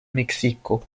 meksiko